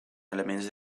elements